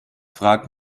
fragt